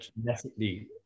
genetically